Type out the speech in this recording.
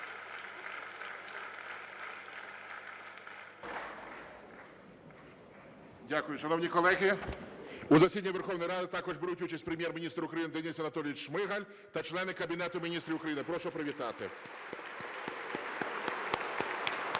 Дякую, шановні колеги. У засіданні Верховної Ради також беруть участь Прем'єр-міністр України Денис Анатолійович Шмигаль та члени Кабінету Міністрів України. Прошу привітати.